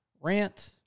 rant